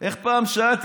איך פעם שאלתי?